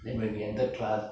then when we ended class